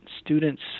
students